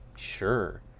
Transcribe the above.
Sure